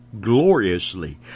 gloriously